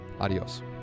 Adios